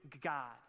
God